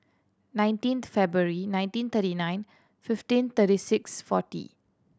nineteen February nineteen thirty nine fifteen thirty six forty